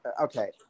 okay